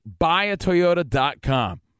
buyatoyota.com